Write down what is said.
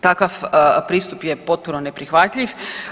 Takav pristup je potpuno neprihvatljiv.